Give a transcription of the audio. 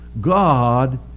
God